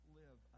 live